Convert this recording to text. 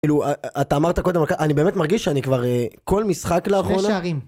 כאילו אתה אמרת קודם, אני באמת מרגיש שאני כבר כל משחק לאחרונה...